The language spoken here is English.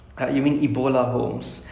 so you haven't watched it right